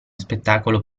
spettacolo